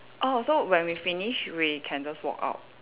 oh so when we finish we can just walk out